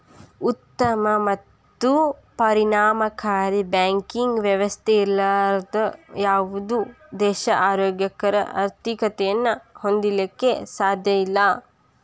ಉತ್ತಮ ಮತ್ತು ಪರಿಣಾಮಕಾರಿ ಬ್ಯಾಂಕಿಂಗ್ ವ್ಯವಸ್ಥೆ ಇರ್ಲಾರ್ದ ಯಾವುದ ದೇಶಾ ಆರೋಗ್ಯಕರ ಆರ್ಥಿಕತೆಯನ್ನ ಹೊಂದಲಿಕ್ಕೆ ಸಾಧ್ಯಇಲ್ಲಾ